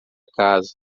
casa